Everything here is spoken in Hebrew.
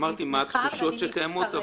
אמרתי מה התחושות שקיימות.